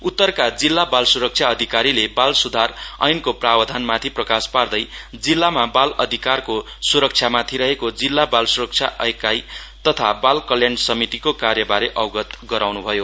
उत्तरका जिल्ला बाल सुरक्षा अधिकारीले बाल सुधार ऐनको प्रावधानमाथि प्रकाश पार्दै जिल्लामा बाल अधिकारको स्रक्षामाथि रहेको जिल्ला बाल स्रक्षा एकाई तथा बाल कल्याण समितिको कार्यबारे अवगत गराउन् भयो